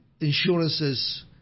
insurances